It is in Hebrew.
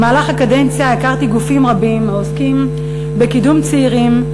במהלך הקדנציה הכרתי גופים רבים העוסקים בקידום צעירים,